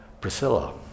Priscilla